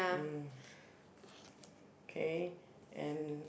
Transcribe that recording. mm kay and